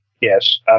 yes